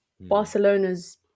Barcelona's